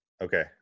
Okay